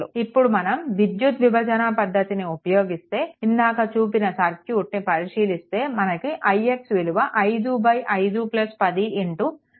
ఇప్పుడు మనం విద్యుత్ విభజన పద్దతిని ఉపయోగిస్తే ఇందాక చూపిన సర్క్యూట్ని పరిశీలిస్తే మనకు ix విలువ 5510 4 0